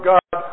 God